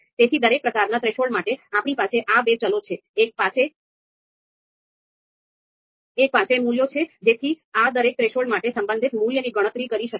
તેથી દરેક પ્રકારના થ્રેશોલ્ડ માટે આપણી પાસે આ બે ચલો છે એક પાસે મૂલ્યો છે જેથી આ દરેક થ્રેશોલ્ડ માટે સંબંધિત મૂલ્યની ગણતરી કરી શકાય